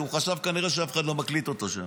הוא חשב כנראה שאף אחד לא מקליט אותו שם.